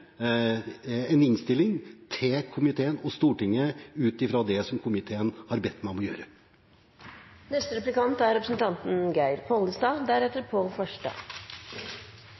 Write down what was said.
en innstilling til komiteen og Stortinget ut ifra det som komiteen har bedt meg om å